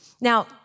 Now